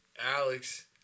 Alex